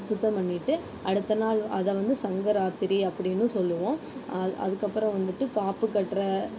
சுத்தம் பண்ணிகிட்டு அடுத்த நாள் அதை வந்து சங்கராத்திரி அப்படினு சொல்வோம் அது அது அதுக்கப்புறம் வந்துட்டு காப்பு கட்டுற